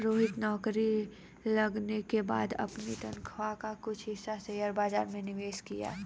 रोहित नौकरी लगने के बाद अपनी तनख्वाह का कुछ हिस्सा शेयर बाजार में निवेश किया